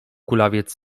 kulawiec